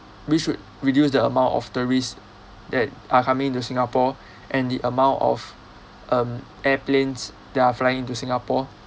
we should reduce the amount of tourist that are coming into singapore and the amount of um aeroplane that are flying into singapore